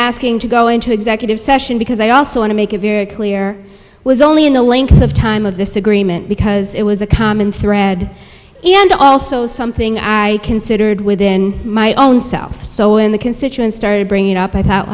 asking to go into executive session because i also want to make it very clear was only in the length of time of this agreement because it was a common thread and also something i considered within my own self in the constituent started bringing it up i thought